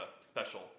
special